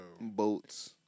Boats